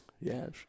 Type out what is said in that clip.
yes